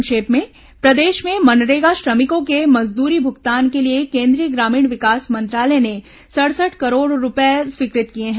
संक्षिप्त समाचार प्रदेश में मनरेगा श्रमिकों के मजदूरी भुगतान के लिए केन्द्रीय ग्रामीण विकास मंत्रालय ने सड़सठ करोड़ रूपए स्वीकृत किए हैं